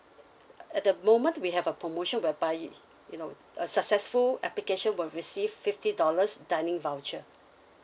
at the moment we have a promotion whereby it you know a successful application will receive fifty dollars dining voucher